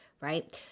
right